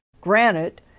granite